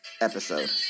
episode